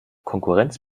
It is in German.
konkurrenz